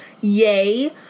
yay